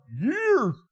years